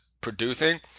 producing